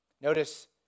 Notice